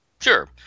Sure